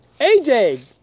AJ